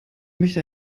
möchte